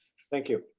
thank you.